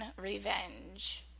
revenge